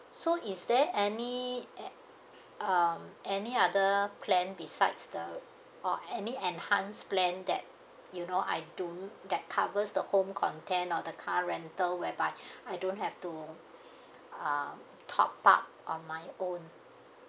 so is there any add um any other plan besides the or any enhance plan that you know I do get covers the home content or the car rental whereby I don't have to um top up on my own